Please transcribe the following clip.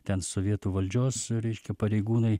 ten sovietų valdžios reiškia pareigūnai